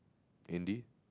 indeed